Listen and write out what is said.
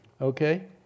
Okay